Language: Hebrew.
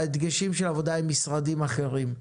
דגשים של עבודה עם משרדים אחרים,